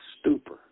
stupor